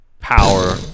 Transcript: Power